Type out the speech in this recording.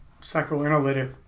psychoanalytic